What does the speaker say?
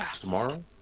Tomorrow